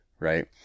right